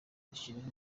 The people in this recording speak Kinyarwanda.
dushyiraho